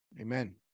Amen